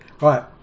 Right